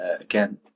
again